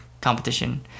competition